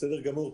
בסדר גמור.